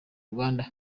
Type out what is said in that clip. rwanda